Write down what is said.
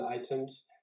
items